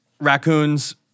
raccoons